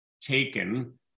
taken